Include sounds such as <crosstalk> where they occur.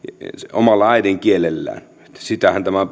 omalla äidinkielellään sitähän tämä <unintelligible>